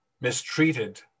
mistreated